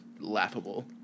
laughable